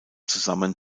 zusammen